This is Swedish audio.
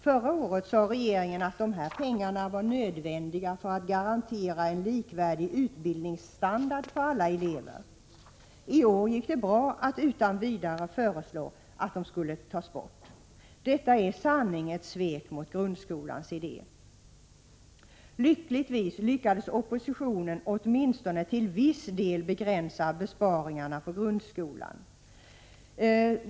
Förra året sade regeringen att dessa pengar var nödvändiga för att garantera en likvärdig utbildningsstandard för alla elever. I år gick det bra att utan vidare föreslå att de skulle tas bort. Detta är i sanning ett svek mot grundskolans idé! Lyckligtvis lyckades oppositionen åtminstone till viss del begränsa besparingarna på grundskolan.